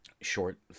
short